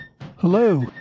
Hello